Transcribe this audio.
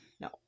No